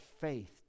faith